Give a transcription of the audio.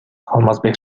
алмазбек